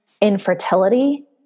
infertility